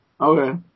Okay